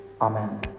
Amen